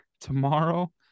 tomorrow